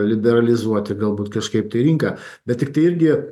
liberalizuoti galbūt kažkaip tai rinką bet tiktai irgi